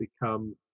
become